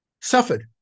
suffered